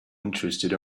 interested